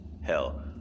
Hell